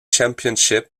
championship